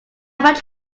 much